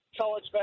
college